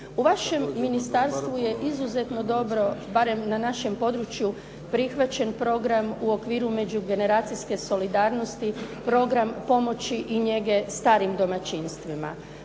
U vašem ministarstvu je izuzetno dobro barem na našem području prihvaćen program u okviru međugeneracijske solidarnosti, program pomoći i njege starim domaćinstvima,